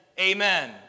amen